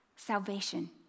salvation